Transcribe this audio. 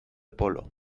polo